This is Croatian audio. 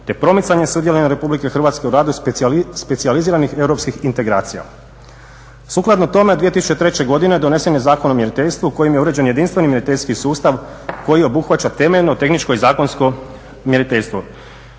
te promicanje sudjelovanja Republike Hrvatske u radu specijaliziranih europskih integracija. Sukladno tome 2003. godine donesen je Zakon o mjeriteljstvu kojim je uređen jedinstveni mjeriteljski sustav koji obuhvaća temeljno tehničko i zakonsko mjeriteljstvo.